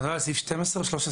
אתה מדבר על סעיף 12 או 13?